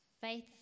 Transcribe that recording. Faith